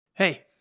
Hey